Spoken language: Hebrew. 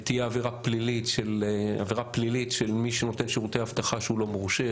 תהיה עבירה פלילית של מי שנותן שירותי אבטחה כשהוא לא מורשה,